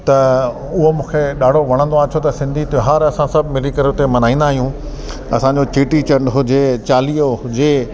त उहो मूंखे ॾाढो वणंदो आहे छो त सिंधी त्योहार असां सभु मिली करे उते मल्हाईंदा आहियूं असांजो चेटीचंड हुजे चालीहो हुजे